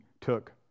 took